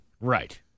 Right